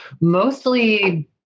mostly